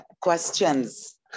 Questions